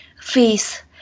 face